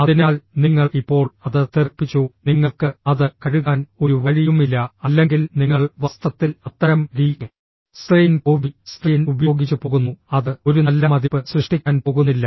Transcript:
അതിനാൽ നിങ്ങൾ ഇപ്പോൾ അത് തെറിപ്പിച്ചു നിങ്ങൾക്ക് അത് കഴുകാൻ ഒരു വഴിയുമില്ല അല്ലെങ്കിൽ നിങ്ങൾ വസ്ത്രത്തിൽ അത്തരം ടീ സ്ട്രെയിൻ കോഫി സ്ട്രെയിൻ ഉപയോഗിച്ച് പോകുന്നു അത് ഒരു നല്ല മതിപ്പ് സൃഷ്ടിക്കാൻ പോകുന്നില്ല